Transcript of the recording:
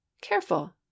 careful